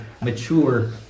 mature